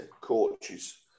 coaches